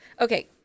Okay